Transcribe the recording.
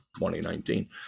2019